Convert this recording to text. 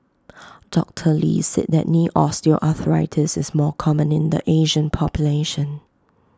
doctor lee said that knee osteoarthritis is more common in the Asian population